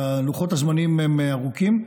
לוחות הזמנים הם ארוכים.